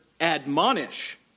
admonish